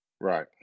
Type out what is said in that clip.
Right